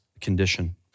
condition